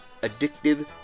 addictive